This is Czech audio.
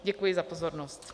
Děkuji za pozornost.